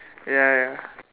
ya ya